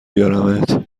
بیارمت